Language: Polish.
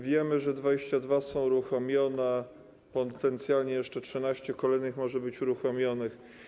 Wiemy, że 22 są uruchomione, potencjalnie jeszcze 13 kolejnych może być uruchomionych.